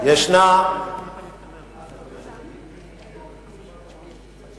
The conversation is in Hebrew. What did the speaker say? ישנה, ערב חדש טוב, אדוני.